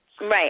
Right